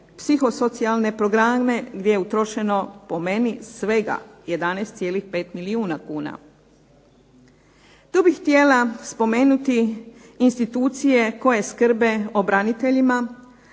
psihosocijalne programe gdje je utrošeno po meni svega 11,5 milijuna kuna. Tu bih htjela spomenuti institucije koje skrbe o braniteljima,